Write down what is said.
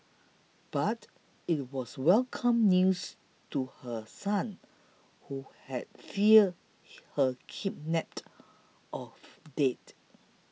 but it was welcome news to her son who had feared her kidnapped or dead